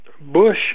Bush